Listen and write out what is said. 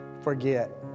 forget